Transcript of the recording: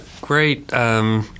great